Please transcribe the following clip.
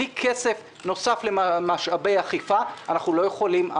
בלי כסף נוסף למשאבי אכיפה אנחנו לא יכולים,